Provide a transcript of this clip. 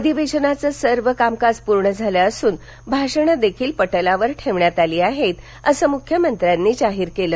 अधिवेशनाचे सर्व कामकाज पूर्ण झालं असून भाषणं देखील पटलावर ठेवण्यात आली आहेत असं मुख्यमंत्र्यांनी जाहीर केलं